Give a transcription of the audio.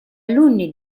alunni